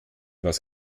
was